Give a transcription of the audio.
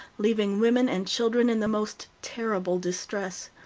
leaving women and children in the most terrible distress.